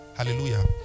Hallelujah